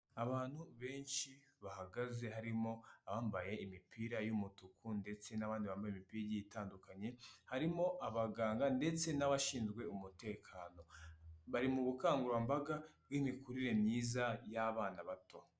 Abantu benshi bahagaze harimo abambaye imipira y'umutuku ndetse n'abandi bambaye imipira itandukanye, harimo abaganga ndetse n'abashinzwe umutekano, bari mu bukangurambaga bw'imikurire myiza y'abana bato.